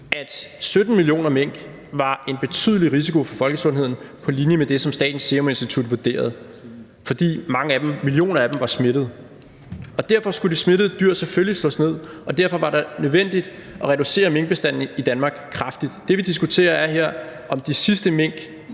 at 17 millioner mink var en betydelig risiko for folkesundheden på linje med det, som Statens Serum Institut vurderede, fordi millioner af dem var smittede. Derfor skulle de smittede dyr selvfølgelig slås ned, og derfor var det nødvendigt at reducere minkbestanden i Danmark kraftigt. Det, vi diskuterer her, er, om de sidste mink